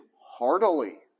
heartily